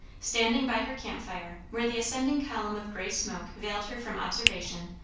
standing by her camp fire, where the ascending column of grey smoke veiled her from observation,